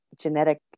genetic